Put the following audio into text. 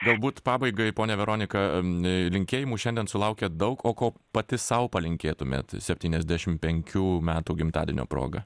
galbūt pabaigai ponia veronika linkėjimų šiandien sulaukiat daug o ko pati sau palinkėtumėt septyniasdešim penkių metų gimtadienio proga